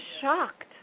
shocked